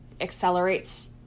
accelerates